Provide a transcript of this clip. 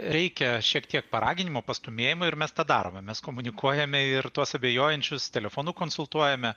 reikia šiek tiek paraginimo pastūmėjimo ir mes tą darome mes komunikuojame ir tuos abejojančius telefonu konsultuojame